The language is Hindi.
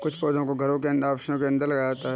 कुछ पौधों को घरों और ऑफिसों के अंदर लगाया जाता है